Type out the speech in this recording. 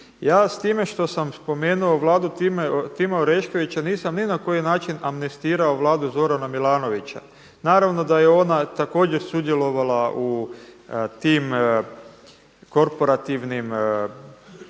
Ja s time što sam spomenuo Vladu Tima Oreškovića nisam ni na koji način amnestirao Vladu Zorana Milanovića. Naravno da je ona također sudjelovala u tim korporativnim